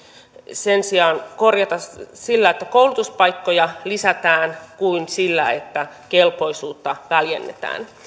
sen sijaan korjata sillä että koulutuspaikkoja lisätään kuin sillä että kelpoisuutta väljennetään